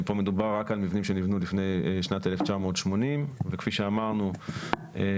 פה מדובר רק על מבנים שנבנו לפני שנת 1980 וכפי שאמרנו כבר,